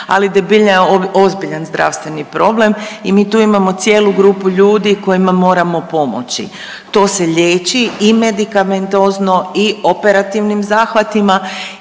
ali debljina je ozbiljan zdravstveni problem i mi tu imamo cijelu grupu ljudi kojima moramo pomoći. To se liječi i medikamentozno i operativnim zahvatima